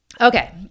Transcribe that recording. Okay